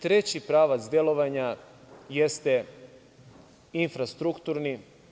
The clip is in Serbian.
Treći pravac delovanja jeste infrastrukturni.